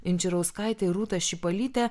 inčirauskaitė ir rūta šipalytė